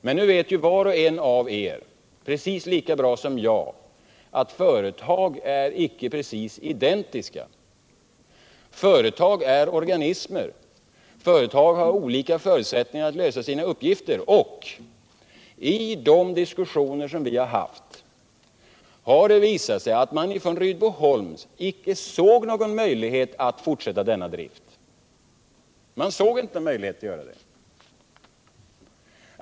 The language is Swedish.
Men var och en av er vet precis lika väl som jag att företag inte är exakt identiska. Företag är organismer och har olika förutsättningar att lösa sina uppgifter. Och i de diskussioner som vi har haft har det visat sig att Rydboholms icke såg någon möjlighet att fortsätta den aktuella verksamheten.